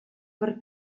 per